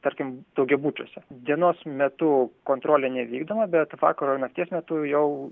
tarkim daugiabučiuose dienos metu kontrolė nevykdoma bet vakaro ir nakties metu jau